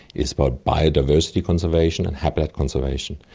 it's about biodiversity conservation and habitat conservation.